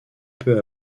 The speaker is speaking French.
peu